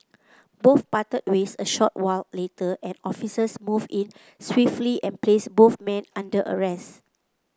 both parted ways a short while later and officers moved in swiftly and placed both men under arrest